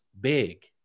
big